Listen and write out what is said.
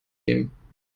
nehmen